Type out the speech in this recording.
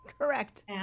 Correct